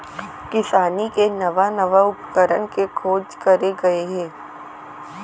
किसानी के नवा नवा उपकरन के खोज करे गए हे